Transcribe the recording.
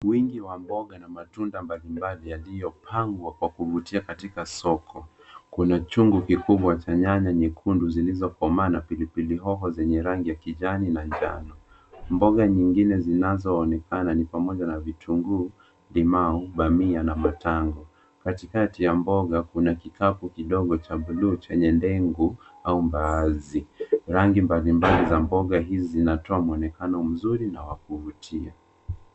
Wingi wa mboga na matunda mbali mbali yaliyopangwa kwa kuvutia katika soko. Kuna chungu kikubwa cha nyanya nyekundu zilizokomaa na pilipili hoho zenye rangi ya kijani na njano. Mboga nyingine zinazoonekana ni pamoja na vitunguu, limau, bamia na batango. Katikati ya mboga kuna kikapu kidogo cha bluu chenye ndengu au mbaazi. Rangi mbali mbali za mboga hizi zinatoa mwonekano mzuri na wa kuvutia.